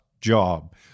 job